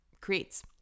creates